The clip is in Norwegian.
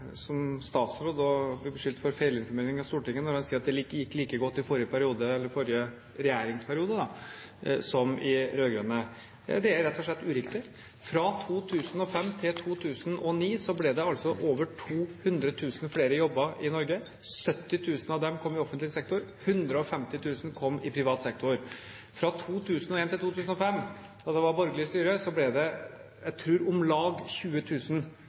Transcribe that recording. som statsråd å bli beskyldt for feilinformering av Stortinget når han sier at det gikk like godt i forrige regjeringsperiode som under de rød-grønne. Det er rett og slett uriktig. Fra 2005 til 2009 ble det over 200 000 flere jobber i Norge. 70 000 av dem kom i offentlig sektor, og 150 000 kom i privat sektor. Fra 2001 til 2005 – da det var borgerlig styre – ble det, tror jeg, om lag